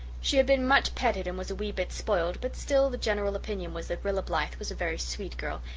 she had been much petted and was a wee bit spoiled, but still the general opinion was that rilla blythe was a very sweet girl,